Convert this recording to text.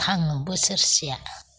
थाङो बोसोरसेया